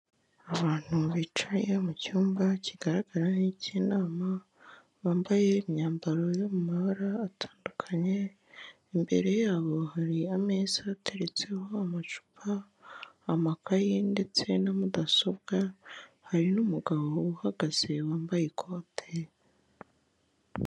Abantu bicaye mu cyumba kigaragara nk'ik'inama, bambaye imyambaro yo mu mabara atandukanye. Imbere yabo hari ameza ateretseho amacupa amakayi ndetse na mudasobwa hari n'umugabo uhagaze wambaye ikote.